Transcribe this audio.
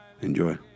Enjoy